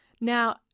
Now